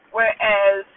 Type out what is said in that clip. Whereas